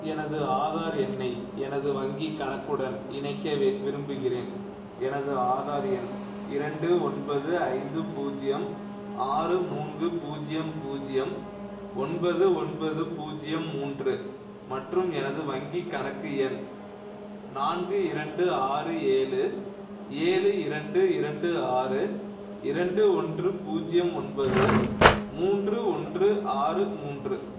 எனது ஆதார் எண்ணை எனது வங்கிக் கணக்குடன் இணைக்க வி விரும்புகிறேன் எனது ஆதார் எண் இரண்டு ஒன்பது ஐந்து பூஜ்ஜியம் ஆறு மூன்று பூஜ்ஜியம் பூஜ்ஜியம் ஒன்பது ஒன்பது பூஜ்ஜியம் மூன்று மற்றும் எனது வங்கிக் கணக்கு எண் நான்கு இரண்டு ஆறு ஏழு ஏழு இரண்டு இரண்டு ஆறு இரண்டு ஒன்று பூஜ்ஜியம் ஒன்பது மூன்று ஒன்று ஆறு மூன்று